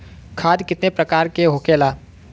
खाद कितने प्रकार के होखेला?